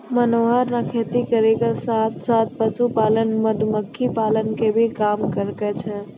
मनोहर नॅ खेती करै के साथॅ साथॅ, पशुपालन, मधुमक्खी पालन के भी काम करै छै